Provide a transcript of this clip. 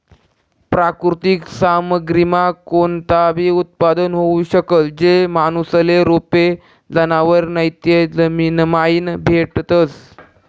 प्राकृतिक सामग्रीमा कोणताबी उत्पादन होऊ शकस, जे माणूसले रोपे, जनावरं नैते जमीनमाईन भेटतस